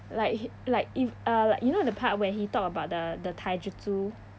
like like if uh like you know the part where he talk about the the taijutsu